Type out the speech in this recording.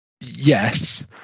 Yes